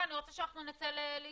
לא, אני רוצה שאנחנו נצא להתייעץ.